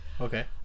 Okay